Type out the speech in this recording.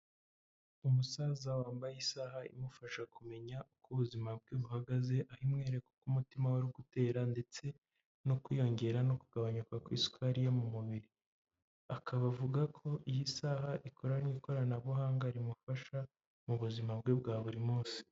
Umusaza wambaye isaha imufasha kumenya uko ubuzima bwe buhagaze, aho imwereka uko umutima wari uri gutera ndetse no kwiyongera no kugabanyuka kw'isukari yo mu mubiri, akaba avuga ko iyi saha ikorana n'ikoranabuhanga rimufasha mu buzima bwe bwa buri munsi.